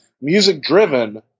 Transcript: music-driven